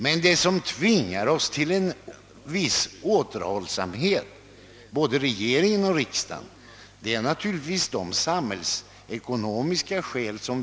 Men vad som tvingar både regering och riksdag till en viss återhållsamhet är naturligtvis de samhällsekonomiska skälen.